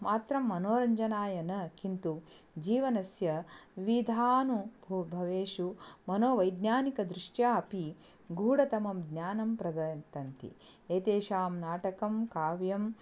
मात्रं मनोरञ्जनाय न किन्तु जीवनस्य विविधानुभवेषु मनोवैज्ञानिकदृष्ट्या अपि गूढतमं ज्ञानं प्रददत् एतेषां नाटकं काव्यं